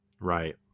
right